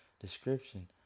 description